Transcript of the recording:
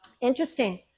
Interesting